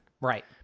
Right